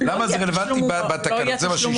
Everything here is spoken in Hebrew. למה זה רלוונטי לצו?